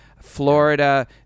Florida